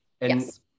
yes